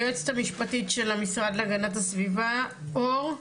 היועצת המשפטית של המשרד להגנת הסביבה, אור,